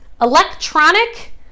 electronic